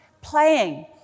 playing